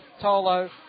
Tolo